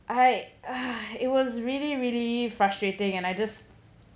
I ah it was really really frustrating and I just